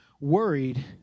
worried